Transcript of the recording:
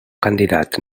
candidat